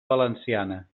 valenciana